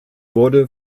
wurde